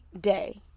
day